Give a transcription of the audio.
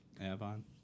avon